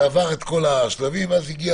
הוא עבר את כל השלבים ואז הגיע